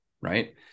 right